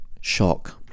shock